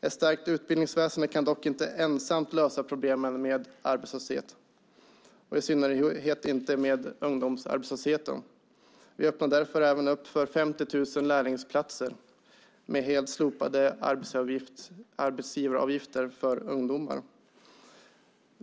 Ett starkt utbildningsväsen kan dock inte ensamt lösa problemen med arbetslösheten, i synnerhet inte ungdomsarbetslösheten. Vi öppnar därför även upp för 50 000 lärlingsplatser med helt slopade arbetsgivaravgifter för ungdomar.